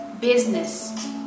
business